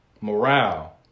morale